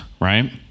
right